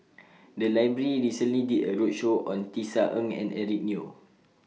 The Library recently did A roadshow on Tisa Ng and Eric Neo